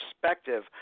perspective